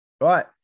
Right